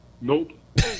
nope